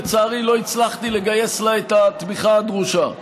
לצערי, לא הצלחתי לגייס לה את התמיכה הדרושה.